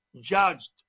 judged